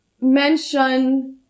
Mention